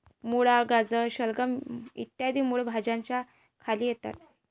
मुळा, गाजर, शलगम इ मूळ भाज्यांच्या खाली येतात